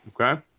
Okay